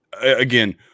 Again